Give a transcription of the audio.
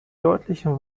deutlichen